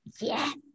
yes